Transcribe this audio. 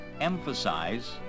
emphasize